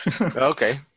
Okay